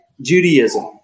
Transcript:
Judaism